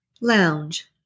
Lounge